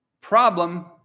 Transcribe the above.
problem